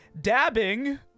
dabbing